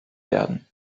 werden